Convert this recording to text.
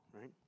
right